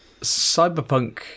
Cyberpunk